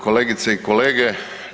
Kolegice i kolege.